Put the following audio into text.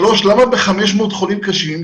למה ב-500 חולים קשים,